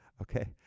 okay